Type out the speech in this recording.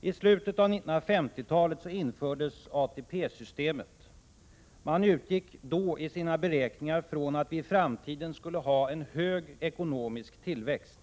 I slutet av 1950-talet infördes ATP-systemet. Man utgick då i sina beräkningar från att vi i framtiden skulle ha en hög ekonomisk tillväxt.